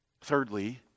Thirdly